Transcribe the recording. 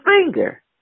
finger